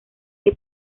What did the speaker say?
que